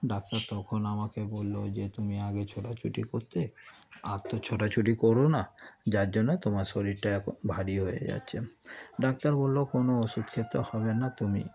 doctor তখন আমাকে বলল যে তুমি আগে ছোটাছুটি করতে আর তো ছোটাছুটি করো না যার জন্যে তোমার শরীরটা এরকম ভারী হয়ে যাচ্ছে ডাক্তার বলল কোনো ওষুধ খেতে হবে না তুমি